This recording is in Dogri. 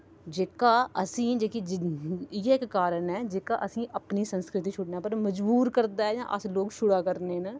जेह्का असें जेह्का इ'यै इक कारण ऐ जेह्का असें अपनी संस्कृति छुड़ने पर मजबूर करदा ऐ जां अस लोक छुड़ा करने न